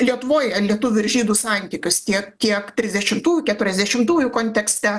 lietuvoj an lietuvių ir žydų santykius tiek tiek trisdešimtųjų keturiasdešimtųjų kontekste